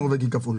נורבגי כפול.